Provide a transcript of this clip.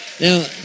Now